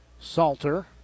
Salter